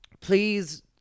please